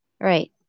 right